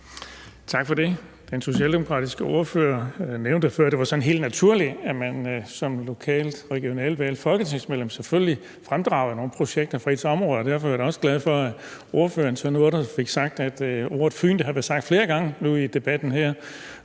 Tak for det. Den socialdemokratiske ordfører nævnte før, at det var sådan helt naturligt, at man som folketingsmedlem selvfølgelig fremdrog nogle projekter fra ens område – lokalt eller regionalt – og derfor er jeg da også glad for, at ordføreren så nåede at få sagt, at Fyn har været nævnt flere gange i debatten her.